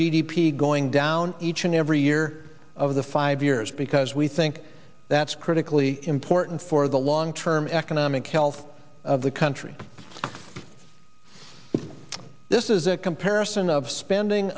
p going down each and every year of the five years because we think that's critically important for the long term economic health of the country this is a comparison of spending